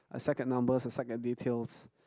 I suck at numbers I suck at details